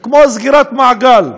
כמו סגירת מעגל,